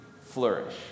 flourish